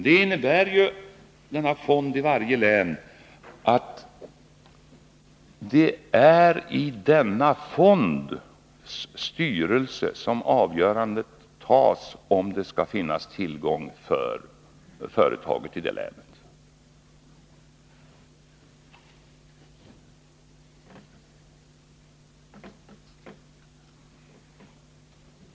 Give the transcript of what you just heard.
Men denna fond i varje län innebär ju för ett företag att det är i denna fonds styrelse som det avgörs om det skall finnas tillgång till riskkapital för företaget i det länet.